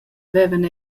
vevan